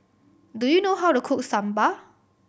do you know how to cook Sambar